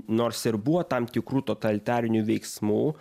nors ir buvo tam tikrų totalitarinių veiksmų